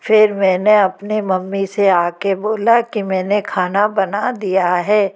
फिर मैंने अपने मम्मी से आकर बोला कि मैंने खाना बना दिया है